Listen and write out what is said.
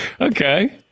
Okay